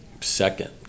Second